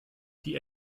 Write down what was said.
die